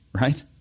right